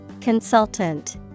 Consultant